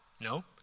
No